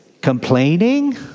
complaining